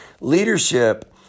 Leadership